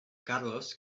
carlos